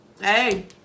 Hey